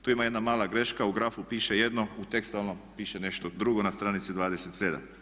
Tu ima jedna mala greška, u grafu piše jedno, u tekstualnom piše nešto drugo na stranici 27.